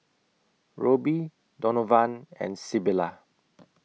Roby Donovan and Sybilla